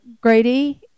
Grady